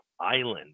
island